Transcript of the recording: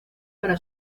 para